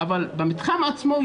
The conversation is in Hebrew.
אבל במתחם עצמו,